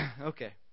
Okay